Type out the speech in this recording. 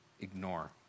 ignore